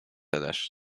eder